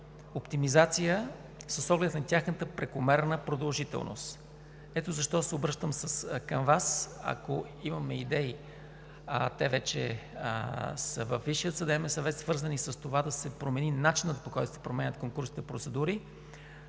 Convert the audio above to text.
оптимизация с оглед на тяхната прекомерна продължителност. Ето защо се обръщам към Вас: ако имаме идеи, а те вече са във Висшия съдебен съвет, свързани с това да се промени начинът, по който се променят конкурсните процедури,